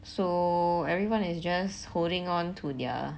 so everyone is just holding on to their